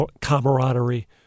camaraderie